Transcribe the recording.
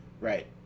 right